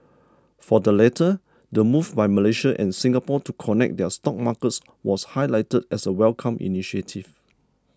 for the latter the move by Malaysia and Singapore to connect their stock markets was highlighted as a welcomed initiative